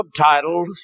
subtitled